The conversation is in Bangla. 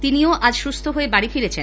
তিনিও আজ সুস্থ হয়ে বাড়ি ফিরেছেন